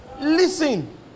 Listen